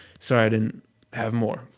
sorry i didn't have more.